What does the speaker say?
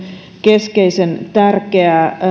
keskeisen tärkeää